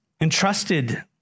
entrusted